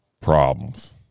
Problems